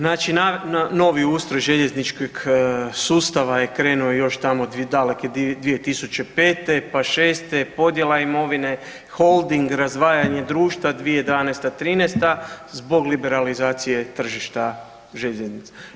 Znači na novi ustroj željezničkog sustava je krenuo još tamo daleke 2005., pa 2006., podjela imovine, holding, razdvajanje društva 2012., 2013., zbog liberalizacije tržišta željeznice.